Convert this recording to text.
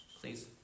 please